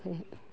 ओमफायहाय